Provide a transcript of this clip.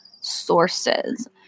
sources